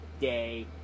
Day